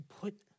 put